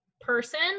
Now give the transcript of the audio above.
person